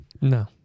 No